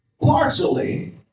partially